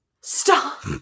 Stop